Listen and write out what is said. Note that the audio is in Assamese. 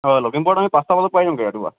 হয় লখিমপুৰত আমি পাঁচটা বজাত পাই যামগৈ ৰাতিপুৱা